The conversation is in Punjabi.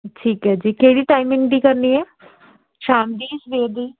ਠੀਕ ਹੈ ਜੀ ਕਿਹੜੀ ਟਾਈਮਿੰਗ ਦੀ ਕਰਨੀ ਹੈ ਸ਼ਾਮ ਦੀ ਸਵੇਰ ਦੀ